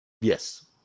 Yes